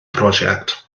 prosiect